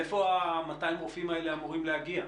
מאיפה ה-200 רופאים האלה אמורים להגיע?